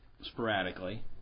sporadically